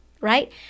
Right